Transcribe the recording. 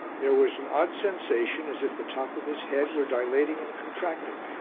there was an odd sensation as if the top of his head were dilating and contracting,